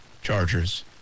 Chargers